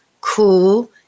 cool